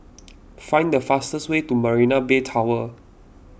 find the fastest way to Marina Bay Tower